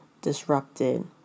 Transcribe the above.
disrupted